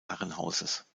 herrenhauses